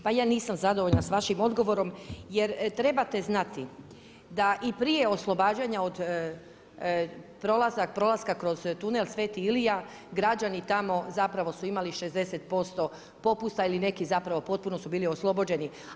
Pa ja nisam zadovoljna s vašim odgovorom, jer trebate znati, da i prije oslobađanja prolaska kroz tunel Sv. Ilija, građani tamo zapravo su imali 60% popusta ili neki zapravo potpunost u bili oslobođeni.